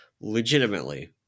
legitimately